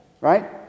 right